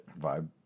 vibe